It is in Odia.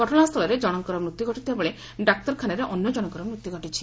ଘଟଣାସ୍ଥିଳରେ ଜଶଙ୍କର ମୃତ୍ୟ ଘଟିଥିବା ବେଳେ ଡାକ୍ତରଖାନାରେ ଅନ୍ୟ ଜଣଙ୍କର ମୃତ୍ୟୁ ଘଟିଥିଲା